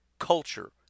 Culture